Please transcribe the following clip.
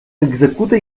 executa